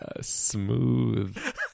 smooth